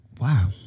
Wow